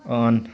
on